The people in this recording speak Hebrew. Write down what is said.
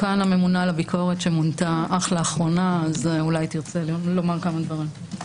בסעיף 2(א)(1)(ה) כתוב שבגוף המבקש מונה ממונה על מידע פלילי כאמור.